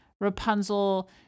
Rapunzel